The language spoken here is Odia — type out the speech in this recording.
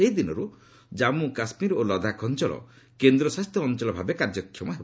ସେହି ଦିନରୁ ଜନ୍ମୁ କାଶ୍ମୀର ଓ ଲଦାଖ୍ ଅଞ୍ଚଳ କେନ୍ଦ୍ରଶାସିତ ଅଞ୍ଚଳ ଭାବେ କାର୍ଯ୍ୟକ୍ଷମ ହେବ